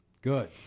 good